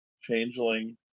Changeling